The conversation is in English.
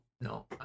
no